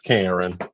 Karen